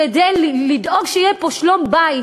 כדי לדאוג שיהיה פה שלום-בית,